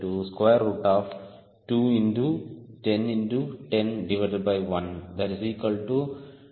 V21010114